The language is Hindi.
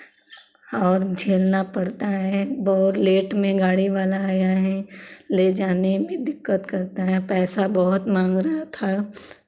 और झेलना पड़ता है बहुत लेट में गाड़ी वाला आया है ले जाने में दिक्कत करता है पैसा बहुत माँग रहा था